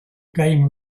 game